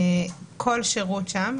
כל שירות שם,